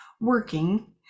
working